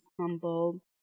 humble